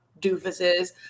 doofuses